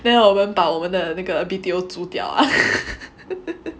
then 我们把我们的那个 B_T_O 租掉